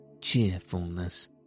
cheerfulness